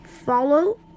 Follow